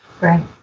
Right